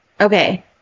okay